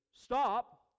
stop